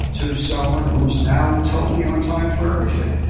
to someone who is now totally on time for everything,